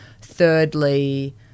Thirdly